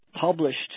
published